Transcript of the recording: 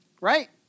right